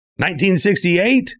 1968